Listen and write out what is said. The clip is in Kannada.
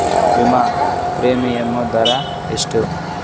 ವಿಮಾ ಪ್ರೀಮಿಯಮ್ ದರಾ ಎಷ್ಟು?